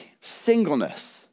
singleness